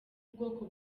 ubwoko